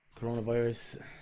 coronavirus